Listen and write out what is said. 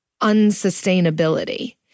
unsustainability